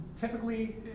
typically